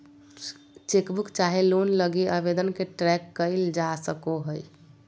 chequebook चाहे loan लगी आवेदन के ट्रैक क़इल जा सको हइ